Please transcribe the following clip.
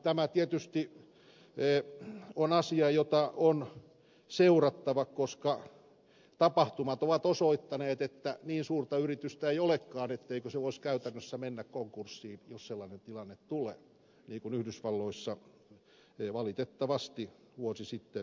tämä tietysti on asia jota on seurattava koska tapahtumat ovat osoittaneet että niin suurta yritystä ei olekaan etteikö se voisi käytännössä mennä konkurssiin jos sellainen tilanne tulee niin kuin yhdysvalloissa valitettavasti vuosi sitten tuli